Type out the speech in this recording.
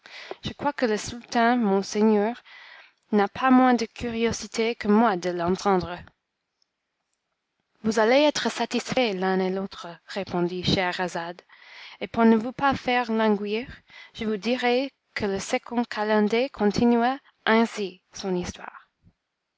je crois que le sultan mon seigneur n'a pas moins de curiosité que moi de l'entendre vous allez être satisfaits l'un et l'autre répondit scheherazade et pour ne vous pas faire languir je vous dirai que le second calender continua ainsi son histoire